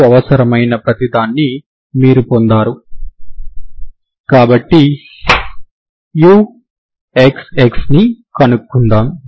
మీకు అవసరమైన ప్రతిదాన్ని మీరు పొందారు కాబట్టి uxx ని కనుక్కుందాం